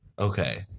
Okay